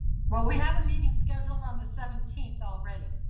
but we have a meeting scheduled on the seventeenth already.